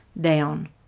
down